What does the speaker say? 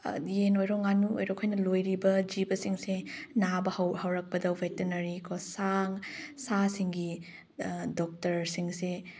ꯌꯦꯟ ꯑꯣꯏꯔꯣ ꯉꯥꯅꯨ ꯑꯣꯏꯔꯣ ꯑꯩꯈꯣꯏꯅ ꯂꯣꯏꯔꯤꯕ ꯖꯤꯕꯁꯤꯡꯁꯦ ꯅꯥꯕ ꯍꯧꯔꯛꯄꯗ ꯕꯦꯇꯅꯔꯤꯀꯣ ꯁꯥꯁꯤꯡꯒꯤ ꯗꯣꯛꯇꯔꯁꯤꯡꯁꯦ